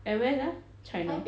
at where sia china